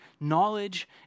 knowledge